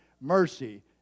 mercy